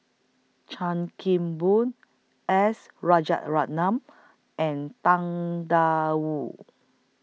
Chan Kim Boon S and Tang DA Wu